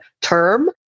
term